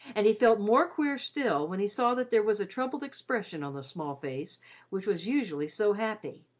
and he felt more queer still when he saw that there was a troubled expression on the small face which was usually so happy.